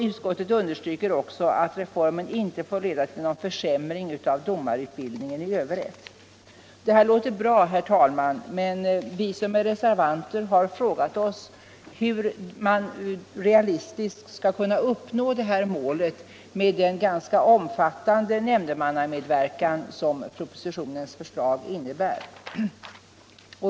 Utskottet understryker också att reformen inte får leda till någon försämring av domarutbildningen i överrätt. Det här låter bra, herr talman, men vi som är reservanter har frågat oss hur man realistiskt skall kunna uppnå detta mål med den ganska omfattande nämndemannamedverkan som propositionens förslag innebär.